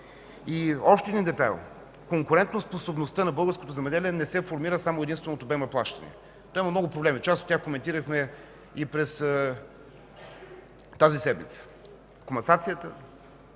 И още един детайл – конкурентоспособността на българското земеделие не се формира само и единствено от обема плащания. Там има много проблеми. Част от тях коментирахме и през тази седмица – комасацията,